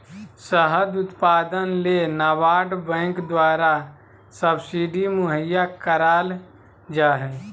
शहद उत्पादन ले नाबार्ड बैंक द्वारा सब्सिडी मुहैया कराल जा हय